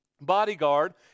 bodyguard